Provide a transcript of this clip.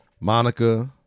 Monica